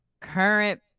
current